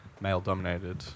male-dominated